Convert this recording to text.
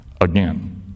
again